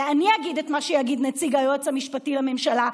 ואני אגיד את מה שיגיד נציג היועץ המשפטי לממשלה,